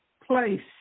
place